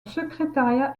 secrétariat